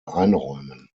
einräumen